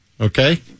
okay